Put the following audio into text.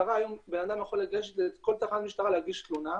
בן אדם יכול לגשת לכל תחנת משטרה ולהגיש תלונה,